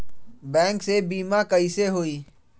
Bank से बिमा कईसे होई?